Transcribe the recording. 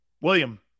William